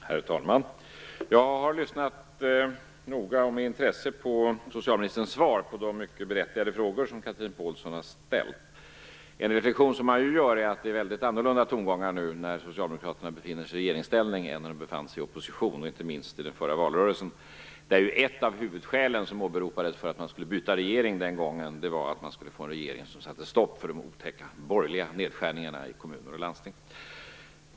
Herr talman! Jag har lyssnat noga och med intresse på socialministerns svar på de mycket berättigade frågor som Chatrine Pålsson har ställt. En reflexion som man gör är att tongångarna är väldigt annorlunda nu när socialdemokraterna befinner sig i regeringsställning än vad tongångarna var då de befann sig i opposition och inte minst än i den förra valrörelsen. Ett av huvudskälen för att man skulle byta regering var då att det skulle bli en regering som satte stopp för de otäcka borgerliga nedskärningarna i kommuner och landsting.